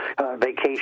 vacation